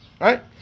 right